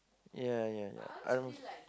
yeah yeah yeah I don't know